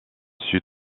sut